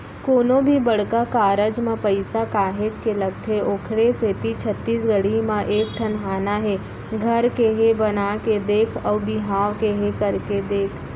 कोनो भी बड़का कारज म पइसा काहेच के लगथे ओखरे सेती छत्तीसगढ़ी म एक ठन हाना हे घर केहे बना के देख अउ बिहाव केहे करके देख